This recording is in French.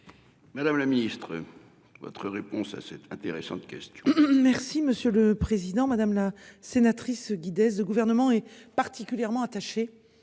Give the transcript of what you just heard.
Madame la ministre. Votre réponse à cette intéressante question. Si monsieur le Président Madame la sénatrice guider ce gouvernement est particulièrement attaché